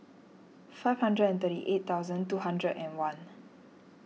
five hundred and thirty eight thousand two hundred and one